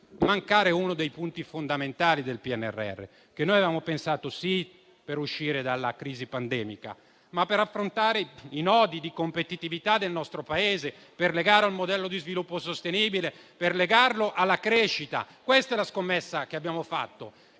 mancare uno dei punti fondamentali del PNRR, che noi avevamo pensato sì per uscire dalla crisi pandemica, ma per affrontare i nodi di competitività del nostro Paese, per legare un modello di sviluppo sostenibile alla crescita. Questa è la scommessa che abbiamo fatto